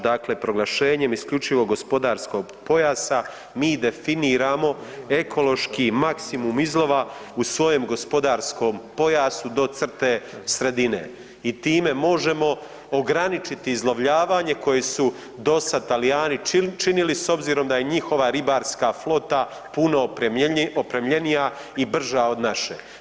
Dakle, proglašenjem isključivog gospodarskog pojasa mi definiramo ekološki maksimum izlova u svojem gospodarskom pojasu do crte sredine i time možemo ograničiti izlovljavanje koje su do sada Talijani činili s obzirom da je njihova ribarska flota puno opremljenija i brža od naše.